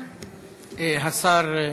השר,